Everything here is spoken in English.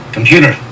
Computer